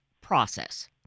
process